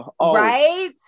right